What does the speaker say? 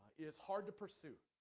is hard to pursue